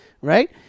right